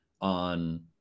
on